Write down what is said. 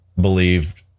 believed